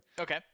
okay